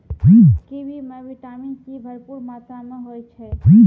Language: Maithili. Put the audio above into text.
कीवी म विटामिन सी भरपूर मात्रा में होय छै